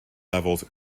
levels